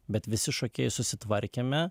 bet visi šokėjai susitvarkėme